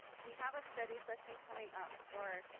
we have a study session coming up, for